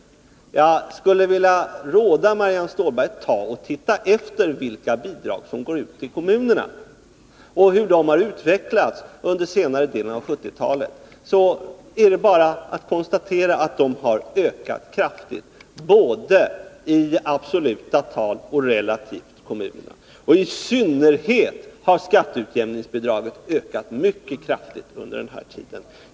Jag skulle vilja råda Marianne Stålberg att se efter vilka bidrag som utgår till kommunerna och hur de har utvecklats under senare delen av 1970-talet. Det är bara att konstatera att de har ökat kraftigt, både i absoluta tal och relativt, för kommunerna, och i synnerhet har skatteutjämningsbidraget ökat mycket kraftigt under den tiden.